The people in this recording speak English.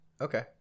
Okay